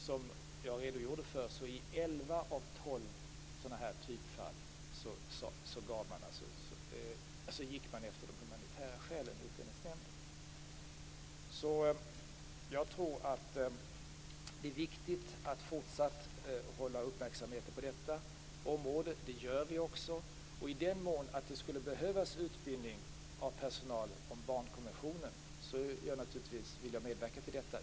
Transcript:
Som jag redogjorde för, gick Utlänningsnämnden i elva av tolv sådana här typfall efter de humanitära skälen. Jag tror att det är viktigt att fortsätta att hålla uppmärksamheten på detta område. Det gör vi också. Och i den mån det skulle behövas utbildning av personal i barnkonventionen vill jag naturligtvis medverka till detta.